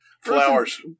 Flowers